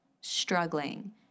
struggling